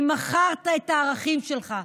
כי מכרת את הערכים שלך.